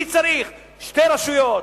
מי צריך שתי רשויות,